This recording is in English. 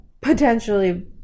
potentially